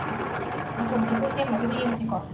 ꯎꯝ ꯇꯤꯡꯊꯣꯛꯁꯤꯀꯣ ꯏꯆꯦꯝꯃ ꯁꯤꯃ ꯌꯦꯡꯁꯤꯀꯣ